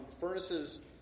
furnaces